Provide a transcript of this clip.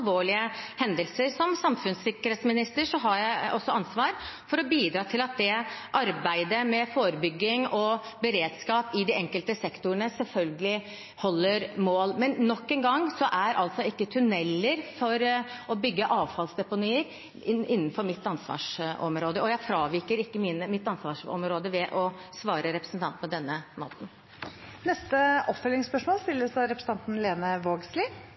hendelser. Som samfunnssikkerhetsminister har jeg også ansvar for å bidra til at arbeidet med forebygging og beredskap i de enkelte sektorene selvfølgelig holder mål. Men nok en gang: Tunneler for å bygge avfallsdeponier er altså ikke innenfor mitt ansvarsområde, og jeg fraviker ikke mitt ansvarsområde ved å svare representanten på denne måten. Det blir oppfølgingsspørsmål – først Lene Vågslid.